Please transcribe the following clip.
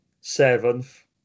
seventh